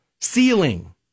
ceiling